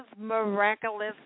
Miraculous